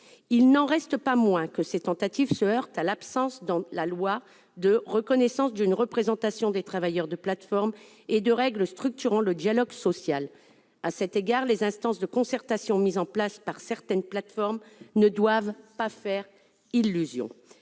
Il n'en reste pas moins que ces tentatives se heurtent à l'absence de reconnaissance législative d'une représentation des travailleurs de plateformes, ainsi qu'au manque de règles structurant le dialogue social. À cet égard, les instances de concertation mises en place par certaines plateformes ne doivent pas faire illusion.